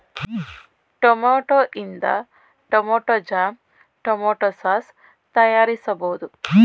tomato ಇಂದ tomato jam, tomato sauce ತಯಾರಿಸಬೋದು